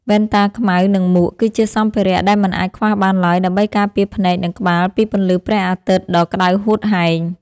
វ៉ែនតាខ្មៅនិងមួក គឺជាសម្ភារៈដែលមិនអាចខ្វះបានឡើយដើម្បីការពារភ្នែកនិងក្បាលពីពន្លឺព្រះអាទិត្យដ៏ក្តៅហួតហែង។